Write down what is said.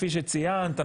כפי שציינת,